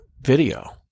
video